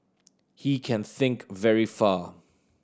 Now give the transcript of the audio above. he can think very far